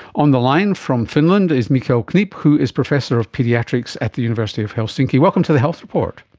on the line from finland is mikael knip who is professor of paediatrics at the university of helsinki. welcome to the health report.